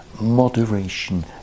moderation